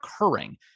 occurring